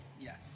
Yes